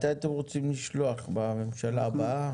מתי אתם רוצים לשלוח בממשלה הבאה?